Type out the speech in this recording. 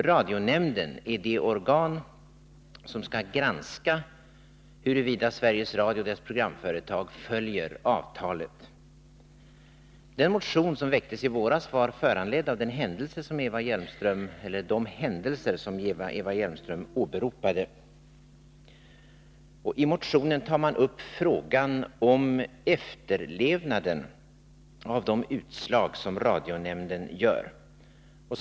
Radionämnden är det organ som skall granska huruvida Sveriges Radio och dess programföretag följer avtalen. Den motion som väcktes i våras var föranledd av de händelser som Eva Hjelmström nyss åberopade. I motionen tog man upp frågan om efterlevnaden av radionämndens utslag.